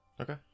Okay